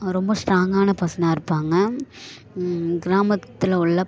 ரொம்ப ஸ்ட்ராங்கான பர்சனாக இருப்பாங்க கிராமத்தில் உள்ள